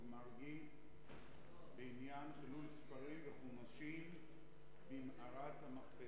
מרגי בעניין חילול ספרים וחומשים במערת המכפלה.